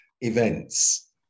events